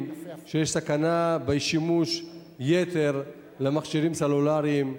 שיש סכנה בשימוש יתר במכשירים סלולריים?